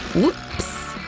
whoops!